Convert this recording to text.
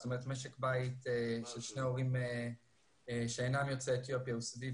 זאת אומרת משק בית של שני הורים שאינם יוצאי אתיופי הוא סביב